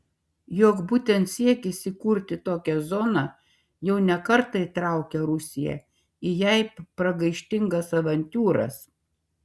juk būtent siekis įkurti tokią zoną jau ne kartą įtraukė rusiją į jai pragaištingas avantiūras